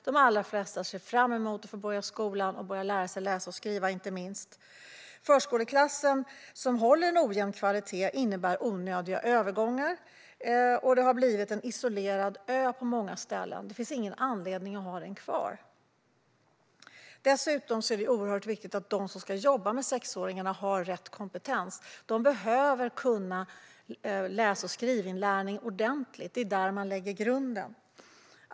De allra flesta ser fram emot att börja skolan och lära sig läsa och skriva, inte minst. Förskoleklassen, som håller en ojämn kvalitet, innebär onödiga övergångar. Den har på många ställen blivit en isolerad ö. Det finns ingen anledning att ha den kvar. Dessutom är det oerhört viktigt att de som ska jobba med sexåringarna har rätt kompetens. De behöver kunna läs och skrivinlärning ordentligt. Det är där man lägger grunden.